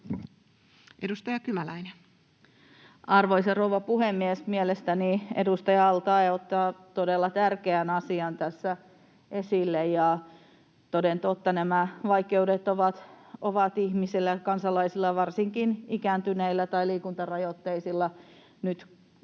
14:18 Content: Arvoisa rouva puhemies! Mielestäni edustaja al-Taee ottaa todella tärkeän asian tässä esille. Toden totta nämä vaikeudet ovat ihmisillä, kansalaisilla, varsinkin ikääntyneillä tai liikuntarajoitteisilla ja nyt